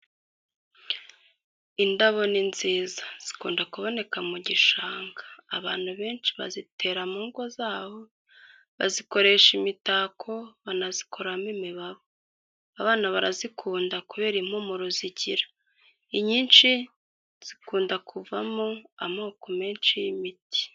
Indabo ni nziza. Zikunda kuboneka mu gishanga. Abantu benshi bazitera mu ngo zabo, bazikoresha imitako, banazikoramo imibavu. Abana barazikunda kubera impumuro zigira. Inyinshi zikunda kuvamo amoko menshi y'imiti.